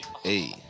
Hey